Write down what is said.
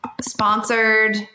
sponsored